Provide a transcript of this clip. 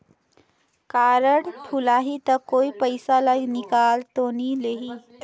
Card भुलाही ता कोई पईसा ला निकाल तो नि लेही?